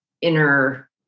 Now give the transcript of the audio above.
inner